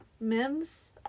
Mims